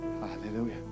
Hallelujah